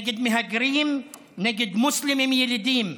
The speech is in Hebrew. נגד מהגרים, נגד מוסלמים ילידים.